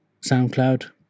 SoundCloud